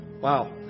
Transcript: Wow